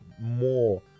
more